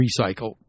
recycle